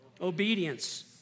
Obedience